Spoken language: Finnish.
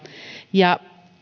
ja